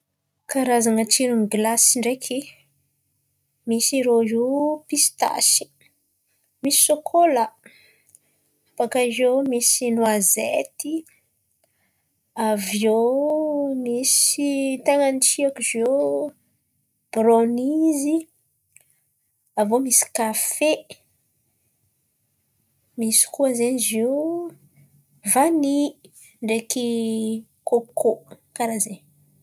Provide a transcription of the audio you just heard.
Karazan̈a tsiron'ny glasy ndraiky misy irô io: pistasy, misy sôkôlà bakà eo misy noizety, avy iô misy ten̈a ny tiako izy iô brônizy avy iô misy kafe, misy koà zen̈y izy io vany ndraiky kôkô, karà zen̈y.